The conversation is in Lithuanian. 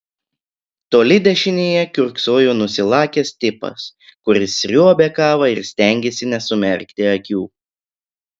toli dešinėje kiurksojo nusilakęs tipas kuris sriuobė kavą ir stengėsi nesumerkti akių